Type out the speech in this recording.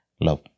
love